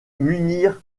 munir